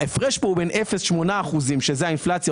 ההפרש פה הוא בין 0.8% שזו האינפלציה,